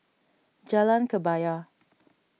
Jalan Kebaya